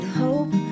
hope